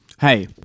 hey